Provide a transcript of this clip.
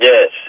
Yes